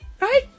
right